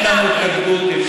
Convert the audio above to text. אין כאן התנגדות אם,